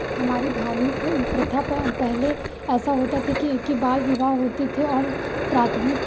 हमारे धार्मिक प्रथा प पहले ऐसा होता था कि कि बाल विवाह होते थे और प्राथमिक